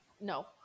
No